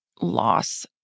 loss